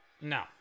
No